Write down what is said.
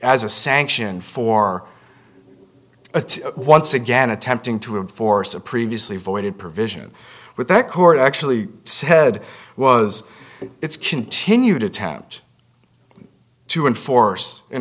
as a sanction for a once again attempting to enforce a previously voided provision with a court actually said was its continued attempt to enforce an